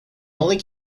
only